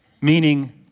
Meaning